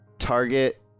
target